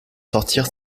sortir